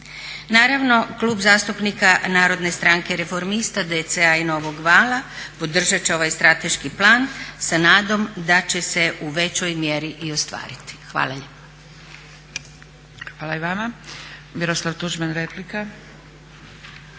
Naravno Klub zastupnika Narodne stranke reformista, DC-a i Novog vala, podržati će ovaj strateški plan sa nadom da će se u većoj mjeri i ostvariti. Hvala lijepa.